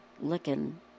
looking